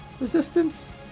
resistance